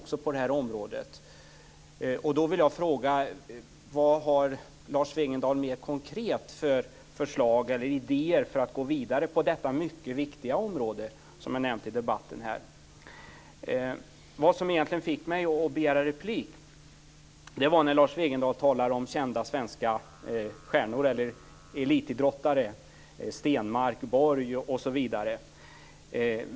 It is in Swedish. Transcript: Då vill jag fråga: Har Lars Wegendal några konkreta förslag eller idéer om hur man ska gå vidare på detta mycket viktiga område? Vad som egentligen fick mig att begära replik var att Lars Wegendal talade om kända svenska elitidrottare - Stenmark, Borg osv.